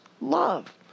love